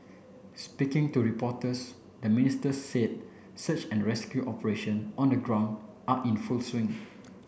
speaking to reporters the Ministers said search and rescue operation on the ground are in full swing